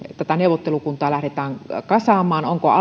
tätä neuvottelukuntaa lähdetään kasaamaan onko